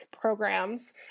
programs